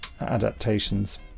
adaptations